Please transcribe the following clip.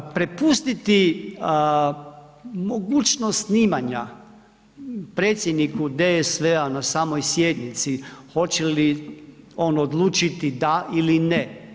Prepustiti mogućnost snimanja predsjedniku DSV-a na samoj sjednici hoće li on odlučiti da ili ne.